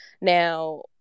Now